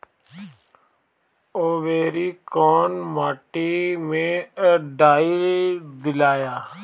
औवरी कौन माटी मे डाई दियाला?